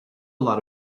lot